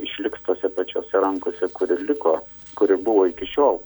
išlikti tose pačiose rankose kur ir liko kur ir buvo iki šiol